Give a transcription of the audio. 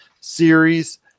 series